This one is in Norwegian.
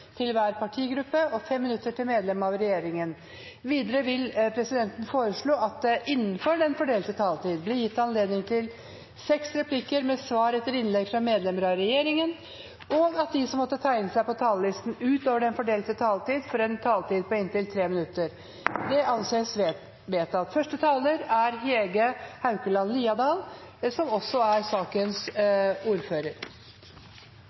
til hver partigruppe og 5 minutter til medlem av regjeringen. Videre vil presidenten foreslå at det blir gitt anledning til seks replikker med svar etter innlegg fra medlemmer av regjeringen innenfor den fordelte taletid, og at de som måtte tegne seg på talerlisten utover den fordelte taletid, får en taletid på inntil 3 minutter. – Det anses vedtatt. Kjernen i departementet sitt framlegg er å opna for tildeling av fiskeløyve til eit fartøy til erstatning for tilsvarande løyve som